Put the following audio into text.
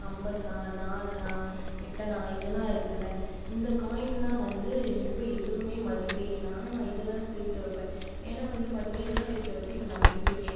ஐம்பது பைசா நாலனா எட்டனா இது எல்லாம் இருக்கிறது இல்லை இந்த காயின் எல்லாம் வந்து இப்போ எதுவுமே மதிப்பே இல்லை ஆனால் நான் இது எல்லாம் நான் சேர்த்து வைப்பேன் ஏன்னா வந்து பார்த்தீங்கன்னா இது எல்லாம் சேர்த்து வைத்து இப்போ நம் இப்போ ஏ